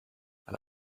elle